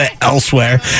elsewhere